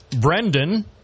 Brendan